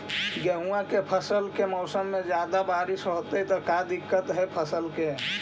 गेहुआ के फसल के मौसम में ज्यादा बारिश होतई त का दिक्कत हैं फसल के?